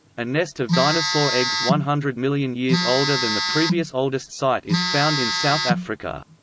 a nest of dinosaur eggs one hundred million years older than the previous oldest site is found in south africa.